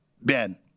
Ben